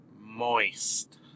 moist